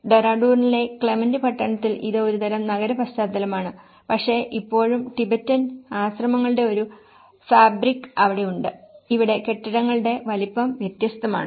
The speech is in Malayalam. ഡെറാഡൂണിലെ ക്ലെമന്റ് പട്ടണത്തിൽ ഇത് ഒരുതരം നഗര പശ്ചാത്തലമാണ് പക്ഷേ ഇപ്പോഴും ടിബറ്റൻ ആശ്രമങ്ങളുടെ ഒരു ഫാബ്രിക് ഉണ്ട് ഇവിടെ കെട്ടിടങ്ങളുടെ വലിപ്പം വ്യത്യസ്തമാണ്